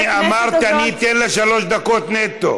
אני אמרתי, אני אתן לה שלוש דקות נטו.